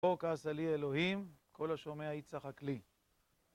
צחוק עשה לי אלהים, כל השומע יצחק לי